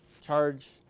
charge